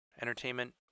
Entertainment